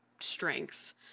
strengths